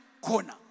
Corner